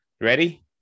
Ready